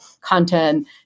content